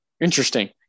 Interesting